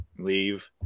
Leave